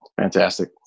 Fantastic